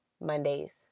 mondays